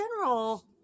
general